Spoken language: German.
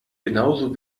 genauso